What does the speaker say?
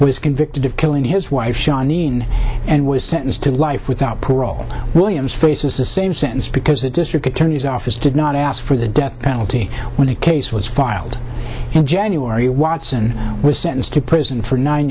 was convicted of killing his wife shawn mean and was sentenced to life without parole williams faces the same sentence because the district attorney's office did not ask for the death penalty when the case was filed in january watson was sentenced to prison for nine